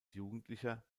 jugendlicher